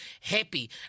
happy